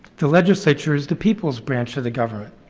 the legislature is the people's branch of the government.